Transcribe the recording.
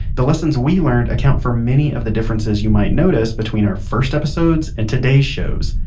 the lessons we learned account for many of the differences you might notice between our first episodes and today's shows.